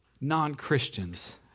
non-Christians